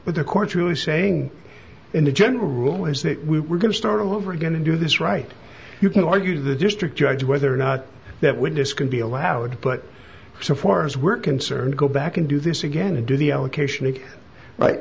that the courtroom saying in a general rule is that we were going to start all over again to do this right you can argue to the district judge whether or not that witness can be allowed but so far as we're concerned go back and do this again and do the allocation